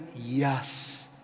yes